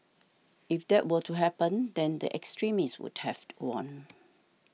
if that were to happen then the extremists would have won